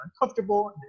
uncomfortable